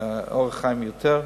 שחיים יותר,